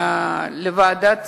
לוועדת השרים,